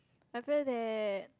I feel that